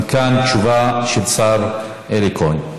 גם כאן, תשובה של השר אלי כהן.